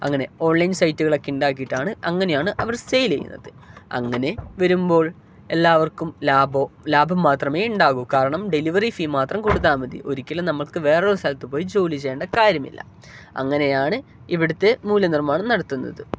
അങ്ങനെ ഓൺലൈൻ സൈറ്റുകളൊക്കെ ഉണ്ടാക്കിയിട്ടാണ് അങ്ങനെയാണ് അവർ സെയിൽ ചെയ്യുന്നത് അങ്ങനെ വരുമ്പോൾ എല്ലാവർക്കും ലാഭം ലാഭം മാത്രമേ ഉണ്ടാകു കാരണം ഡെലിവറി ഫീ മാത്രം കൊടുത്താൽ മതി ഒരിക്കലും നമുക്ക് വേറൊരു സ്ഥലത്ത് പോയി ജോലി ചെയ്യേണ്ട കാര്യമില്ല അങ്ങനെയാണ് ഇവിടുത്തെ മൂല്യനിർമാണം നടത്തുന്നത്